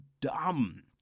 dumb